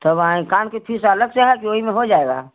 तब आएँ कान के फीस अलग से है कि वही में हो जाएगा